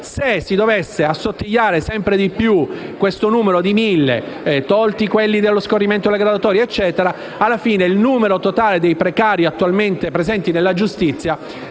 se si dovesse assottigliare sempre più il numero di mille per via dello scorrimento delle graduatorie, alla fine il totale dei precari attualmente presenti nella giustizia